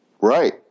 Right